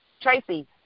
Tracy